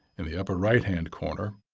in the upper right hand corner,